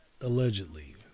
Allegedly